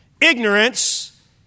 ignorance